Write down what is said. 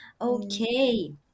Okay